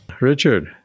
Richard